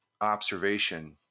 observation